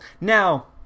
Now